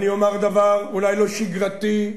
אני אומר דבר אולי לא שגרתי,